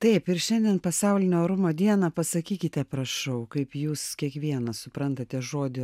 taip ir šiandien pasaulinę orumo dieną pasakykite prašau kaip jūs kiekvienas suprantate žodį